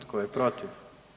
Tko je protiv?